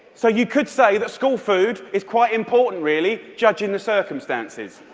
so you could say that school food is quite important, really, judging the circumstances.